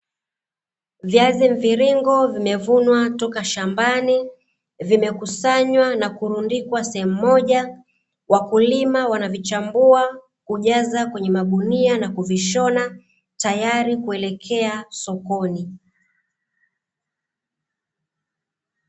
Viazi mviringo vimevunwa toka shambani, vimekusanywa na kurundikwa sehemu moja, Wakulima wanavichambua kujaza kwenye magunia na kuvishona tayari kuelekea sokoni.